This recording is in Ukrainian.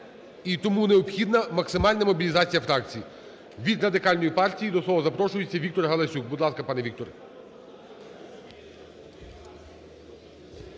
і тому необхідна максимальна мобілізація фракцій. Від Радикальної партії до слова запрошується Віктор Галасюк. Будь ласка, пане Віктор.